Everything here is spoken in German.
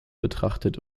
betrachtet